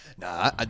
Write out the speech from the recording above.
Nah